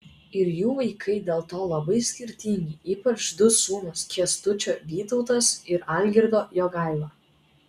ir jų vaikai dėl to labai skirtingi ypač du sūnūs kęstučio vytautas ir algirdo jogaila